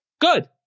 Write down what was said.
good